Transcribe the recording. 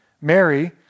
Mary